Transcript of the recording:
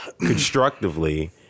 Constructively